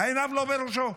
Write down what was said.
עיניו לא בראשו.